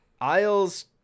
Isles